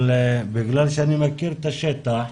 אבל בגלל שאני מכיר את השטח,